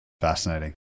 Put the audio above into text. Fascinating